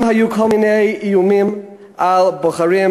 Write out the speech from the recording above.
גם היו כל מיני איומים על בוחרים,